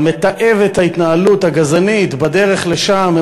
אבל מתעב את ההתנהלות הגזענית בדרך לשם,